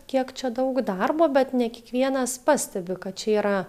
kiek čia daug darbo bet ne kiekvienas pastebi kad čia yra